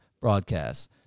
broadcasts